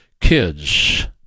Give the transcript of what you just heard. kids